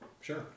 Sure